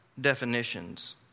definitions